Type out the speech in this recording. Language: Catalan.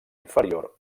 inferior